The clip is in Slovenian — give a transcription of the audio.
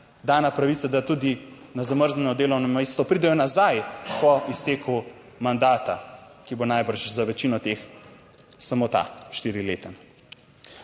dana pravica, da tudi na zamrznjeno delovno mesto pridejo nazaj po izteku mandata, ki bo najbrž za večino teh samo ta, štirileten.